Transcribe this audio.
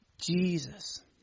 Jesus